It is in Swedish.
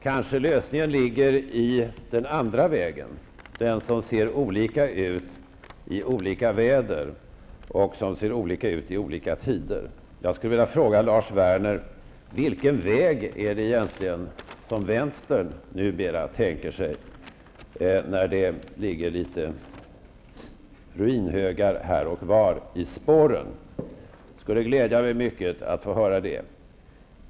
Kanske lösningen ligger i den andra vägen, den som ser olika ut i olika väder och i olika tider. Jag vill fråga Lars Werner: Vilken väg är det egentligen som vänstern numera tänker sig när det ligger ruinhögar här och var i spåren? Det skulle glädja mig mycket att få höra det.